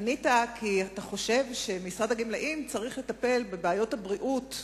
ענית שאתה חושב שמשרד הגמלאים צריך לטפל בבעיות הבריאות,